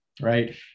right